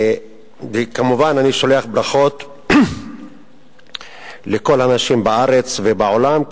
וכמובן אני שולח ברכות לכל הנשים בארץ ובעולם,